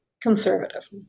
conservative